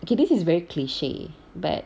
okay this is very cliche but